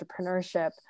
entrepreneurship